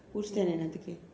mood stand என்னத்துக்கு:ennathukku